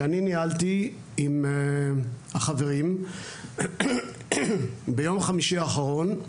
שאני ניהלתי עם החברים ביום חמישי האחרון,